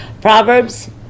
Proverbs